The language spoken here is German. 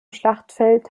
schlachtfeld